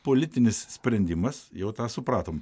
politinis sprendimas jau tą supratom